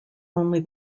only